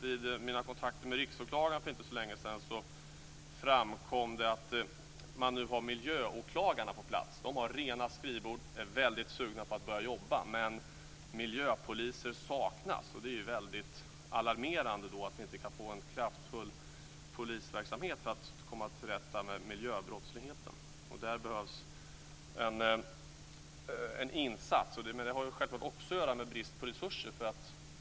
I mina kontakter med Riksåklagaren för inte så länge sedan framkom det att man nu har miljöåklagarna på plats. De har rena skrivbord och är väldig sugna på att börja jobba. Men miljöpoliser saknas. Det är ju väldigt alarmerande att vi inte kan få en kraftfull polisverksamhet för att komma till rätta med miljöbrottsligheten. Där behövs en insats. Men det har självklart också att göra med brist på resurser.